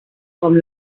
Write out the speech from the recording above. com